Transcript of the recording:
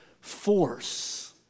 force